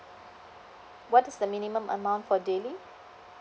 what is the minimum amount for daily